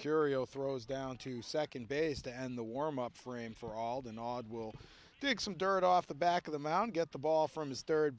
curio throws down to second base to end the warm up frame for all the nagual digs some dirt off the back of the mound get the ball from his third